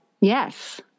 yes